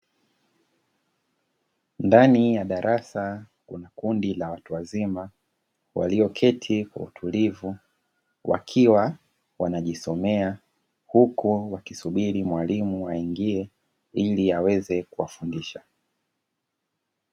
Ndani ya darasa, kuna kundi la watu wazima walioketi kwa utulivu, wakiwa wanajisomea, huku wakisubiri mwalimu aingie ili aweze kuwafundisha.